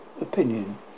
opinion